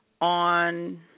on